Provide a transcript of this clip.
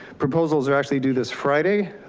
proposals are actually due this friday.